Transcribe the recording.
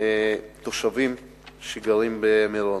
של תושבי מירון.